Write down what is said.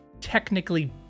technically